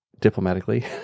diplomatically